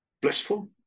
blissful